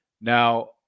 now